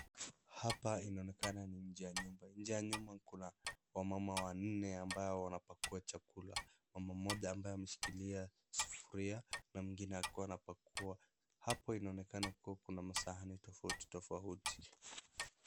Hapa inaonekana ni nje ya nyumba, nje ya nyumba kuna wamama wanne ambao wanapakua chakula. Mama mmoja ambaye ameshikilia sufuria na mwingine akiwa anapakua, hapo inaonekana kuwa na masahani tofauti tofauti.